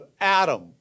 Adam